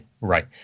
right